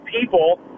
people